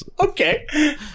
Okay